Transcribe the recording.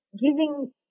giving